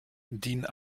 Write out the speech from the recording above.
din